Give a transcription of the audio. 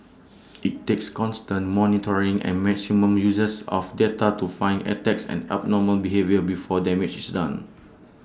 IT takes constant monitoring and maximum uses of data to find attacks and abnormal behaviour before damage is done